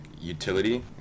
utility